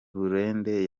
burende